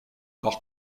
par